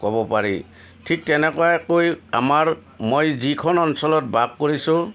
ক'ব পাৰি ঠিক তেনেকুৱাকৈ আমাৰ মই যিখন অঞ্চলত বাস কৰিছোঁ